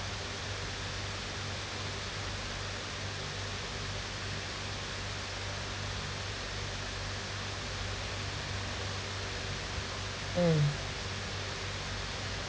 mm